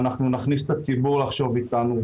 ואנחנו נכניס את הציבור לחשוב איתנו,